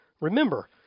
Remember